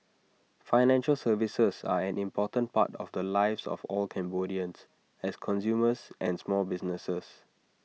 financial services are an important part of the lives of all Cambodians as consumers and small businesses